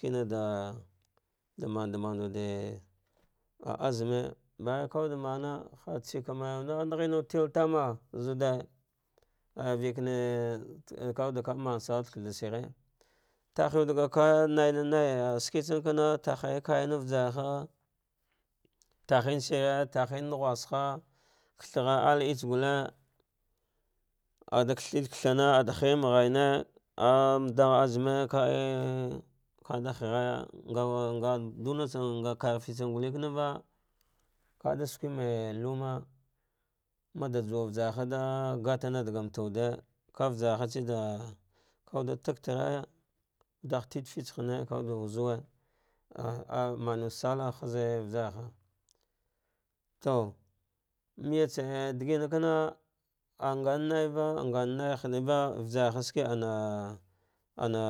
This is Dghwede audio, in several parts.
Kina ɗa ɗamanɗaman wude ah azumi bayamk kaawuɗemame bahartse kane na nanghen wuɗe tiltana zuve ayya vikne tse kawuɗe ka mansallah ɗa hagh shir tahiwucte ga kaya naina nai shinke tsankana ttahira ga kayanga vasargha tsankana tihir an naghushari kathaaha ghar al eitsa gulle, aɗakathe ɗa kathan aɗa harime ghaine ah ɗan azumi, ka ie kada harya, nga nga dunatsame nga varfilsan gulleva akkade sukeme luma, maɗa suwa vajar hava gatane ɗegs mata wuve ka vaja hatse ɗa kauweɗ taktaraya ɗagh titengue firrse hane ah kawuɗe wuzuwe amne wu oh sallah haza vasarha to me yatse digino kama ah ngannaivea ngamanh eva vasarhashiki ama ana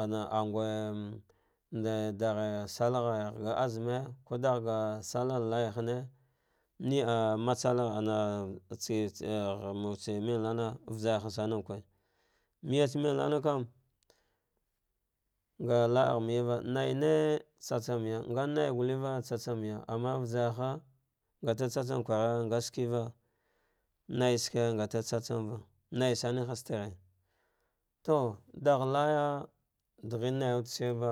am angwai de dagh sallah ghe ga azumi salllam laya hane miah matsalagh ana tsa tse me mulnana vasarha samahue mayatse melnanakam nga laagh meeyeva naine tsatsamye nganava guleva tsatsamya amana vajarha ngtetsatsam kwara ngashikiva, naishinki ngate tsa tsamva naisana haztare to ɗagh laya chighinetsenva.